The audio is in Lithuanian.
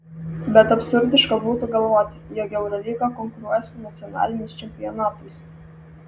bet absurdiška būtų galvoti jog eurolyga konkuruoja su nacionaliniais čempionatais